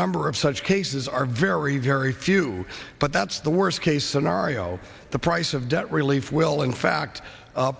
number of such cases are very very few but that's the worst case scenario the price of debt relief will in fact